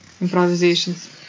improvisations